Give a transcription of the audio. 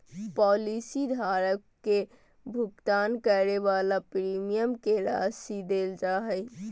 policy धारक के भुगतान करे वाला प्रीमियम के राशि देल जा हइ